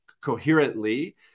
coherently